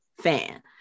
fan